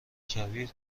کبیر